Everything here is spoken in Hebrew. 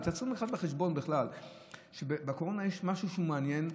ואתם צריכים לקחת בחשבון בכלל שבקורונה יש משהו שהוא מעניין: